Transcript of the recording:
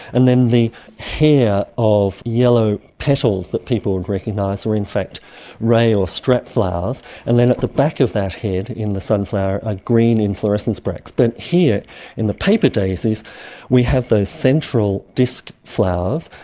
and then the hair of yellow petals that people would recognise are in fact ray or strap flowers, and then at the back of that head in the sunflower are green inflorescence bracts. but here in the paper daisies we have those central disk flowers,